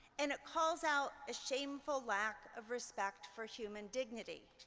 and it calls out a shameful lack of respect for human dignity.